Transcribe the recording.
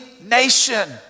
nation